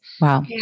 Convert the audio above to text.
Wow